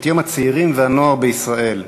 את יום הצעירים והנוער בישראל,